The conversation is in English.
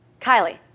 Kylie